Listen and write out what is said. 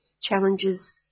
Challenges